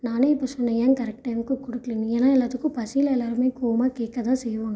நானே இப்போ சொன்னேன் ஏன் கரெக்ட் டைமுக்கு கொடுக்கலன்னு ஏன்னா எல்லாத்துக்கும் பசியில் எல்லோருமே கோவமாக கேட்க தான் செய்வாங்க